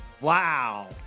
Wow